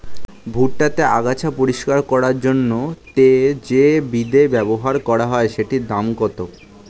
ভুট্টা তে আগাছা পরিষ্কার করার জন্য তে যে বিদে ব্যবহার করা হয় সেটির দাম কত?